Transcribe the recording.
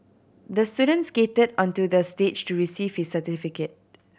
the student skated onto the stage to receive his certificate